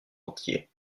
entier